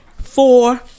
Four